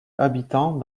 habitants